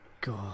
god